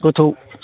गोथौ